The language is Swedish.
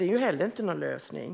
Det är inte heller någon lösning.